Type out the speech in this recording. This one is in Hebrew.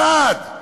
אחד.